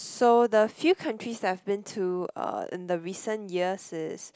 so the few countries that I've been to uh in the recent years is